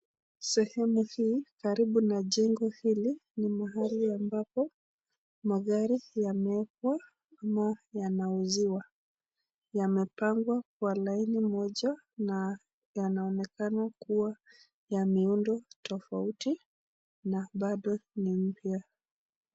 Sehemu hii, karibu na jengo hili, ni mahali ambapo magari yamewekwa ama yanauziwa. Yamepangwa kwa laini moja na yanaonekana kuwa ya miundo tofauti na bado ni mpya.